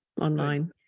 online